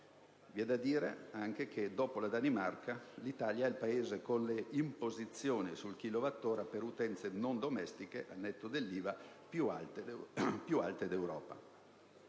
alla media europea. Dopo la Danimarca, l'Italia è il Paese con le imposizioni sul chilowattora per utenze non domestiche, al netto dell'IVA, più alte d'Europa.